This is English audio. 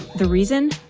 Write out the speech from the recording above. the reason?